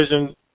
vision